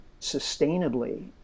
sustainably